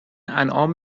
انعام